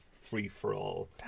free-for-all